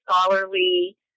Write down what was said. scholarly